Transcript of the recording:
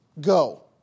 Go